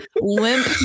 limp